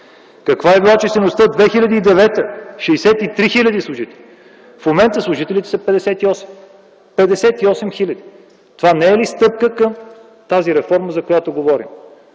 каква е била числеността 2009 г. – 63 хил. служители. В момента служителите са 58 хиляди. Това не е ли стъпка към тази реформа, за която говорим?